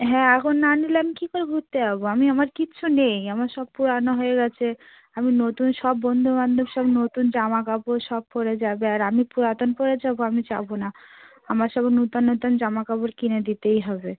হ্যাঁ এখন না নিলে আমি কি করে ঘুরতে যাবো আমি আমার কিচ্ছু নেই আমার সব পুরানো হয়ে গেছে আমি নতুন সব বন্ধুবান্ধব সব নতুন জামাকাপড় সব পরে যাবে আর আমি পুরাতন পরে যাবো আমি যাবো না আমার সব নূতন নূতন জামাকাপড় কিনে দিতেই হবে